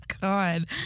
God